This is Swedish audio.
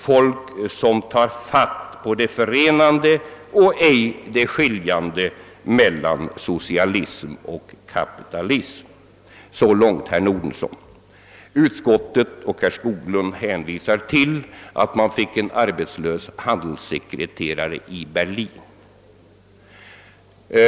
Folk som tar fatt på det förenande och ej det skiljande mellan socialism och kapitalism.» Så långt herr Nordenson. Utskottet och herr Skoglund hänvisar till att man fick en arbetslös handelssekreterare i Berlin.